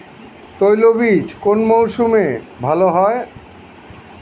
তৈলবীজ কোন মরশুমে ভাল হয়?